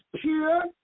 pure